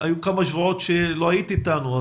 היו כמה שבועות שלא היית איתנו,